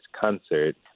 concert